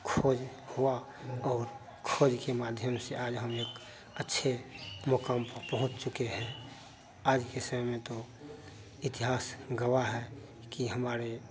खोज हुआ और खोज के माध्यम से आज हम लोग अच्छे मक़ाम पर पहुँच चुके हैं आज के समय में तो इतिहास गवाह है कि हमारे